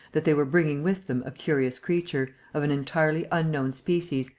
that they were bringing with them a curious creature, of an entirely unknown species,